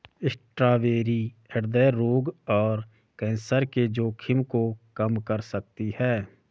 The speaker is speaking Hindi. स्ट्रॉबेरी हृदय रोग और कैंसर के जोखिम को कम कर सकती है